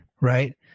Right